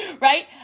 right